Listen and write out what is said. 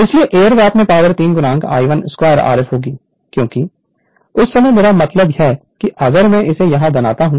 इसलिए air gap में power 3 I12 Rf होगी क्योंकि उस समय मेरा मतलब है कि अगर मैं इसे यहां बनाता हूं